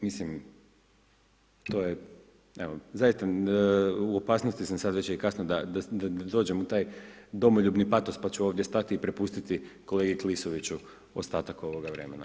Mislim, to je, evo, zaista u opasnosti sam sad, već je kasno da dođem u taj domoljubni patos pa ću ovdje stati i prepustiti kolegi Klisoviću ostatak ovoga vremena.